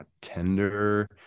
tender